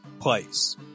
place